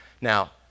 Now